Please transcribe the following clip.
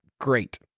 great